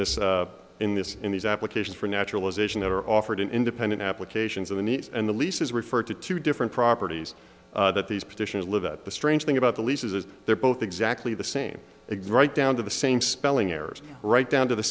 this in this in these applications for naturalization that are offered in independent applications of the need and the leases referred to two different properties that these petitions live at the strange thing about the leases as they're both exactly the same a great down to the same spelling errors right down to the